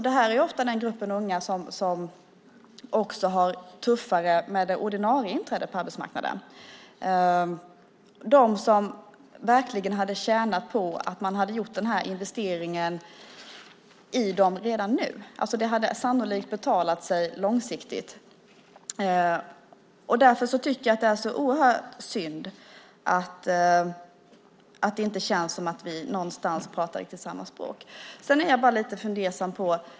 Det är ofta den grupp unga som också har det tuffare med det ordinarie inträdet på arbetsmarknaden, de som verkligen hade tjänat på att man hade gjort den här investeringen i dem redan nu. Det hade sannolikt betalat sig långsiktigt. Därför tycker jag att det är så oerhört synd att det inte känns som att vi pratar riktigt samma språk. Sedan är jag bara lite fundersam.